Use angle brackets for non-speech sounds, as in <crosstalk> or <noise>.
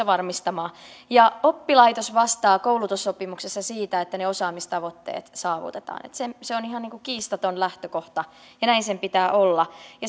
<unintelligible> varmistamaan ja oppilaitos vastaa koulutussopimuksessa siitä että ne osaamistavoitteet saavutetaan se se on ihan kiistaton lähtökohta ja näin sen pitää olla